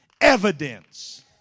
evidence